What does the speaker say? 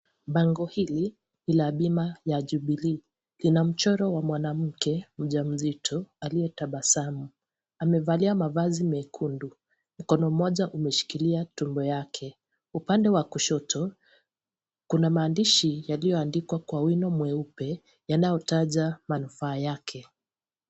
Bango hili ni la bima ya Jubilee. Lina mchoro wa mwanamke mjamzito aliyetabasamu. Amevalia mavazi mekundu. Mkono moja umeshikilia tumbo yake. Upande wa kushoto, kuna maandishi yaliyoandikwa kwa wino mweupe yanayotaja manufaa yake.